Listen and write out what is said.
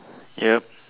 yup